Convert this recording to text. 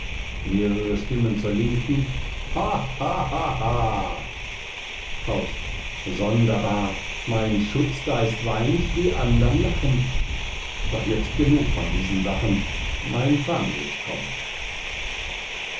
mehrere stimmen zur linken hahahaha faust sonderbar mein schutzgeist weint die andern lachen doch jetzt genug von diesen sachen mein famulus kommt